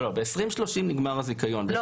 ב-2030 נגמר הזיכיון,